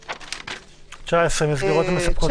(19) מסגרות המספקות